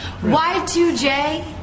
Y2J